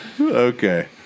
Okay